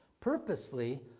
purposely